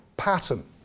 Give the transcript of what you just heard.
Pattern